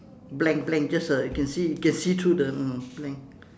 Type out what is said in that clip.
blank blank just a you can you can see through the mm blank